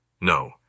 No